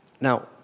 Now